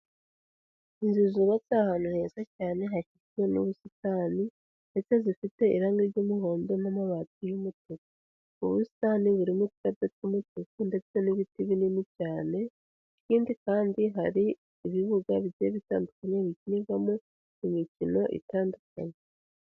Inzu zubatse ahantu heza cyane hafite n'ubusitani, ndetse zifite irangi ry'umuhondo n'amabati y'umutuku. Ubu busitani burimo utwatsi tw'umutuku ndetse n'ibiti binini cyane. Ikindi kandi hari ibibuga bigiye bitandukanye, bikinirwamo imikino itandukanye.